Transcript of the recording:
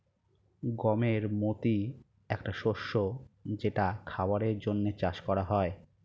গমের মতি একটা শস্য যেটা খাবারের জন্যে চাষ করা হয়